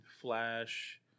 Flash